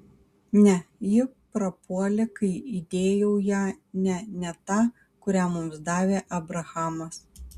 ne ji prapuolė kai įdėjau ją ne ne tą kurią mums davė abrahamas